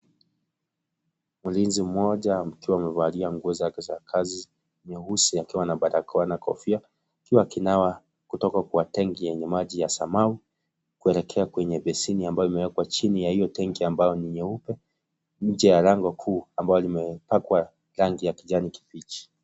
Mlinzi mmoja akiwa amevalia nguo zake za kazi nyeusi akiwa na barakoa na kofia, huku akinawa kutoka kwa tenki yenye maji ya samau kuelekea kwenye beseni ambayo imewekwa chini ya hiyo tenki ambayo ni nyeupe nje ya lango kuu, ambayo ni ya rangi ya kijani kibichi.